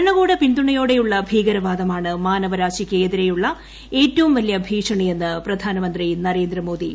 ഭരണകൂട പിന്തുണയുള്ള ഭീകർപ്പാദ്യമാണ് മാനവരാശിക്ക് എതിരെയുള്ള ഏറ്റവും വലിയു ഭൂഷ്ണിയെന്ന് പ്രധാനമന്ത്രി നരേന്ദ്രമോദി